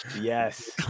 Yes